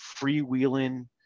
freewheeling